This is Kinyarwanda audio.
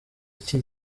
iki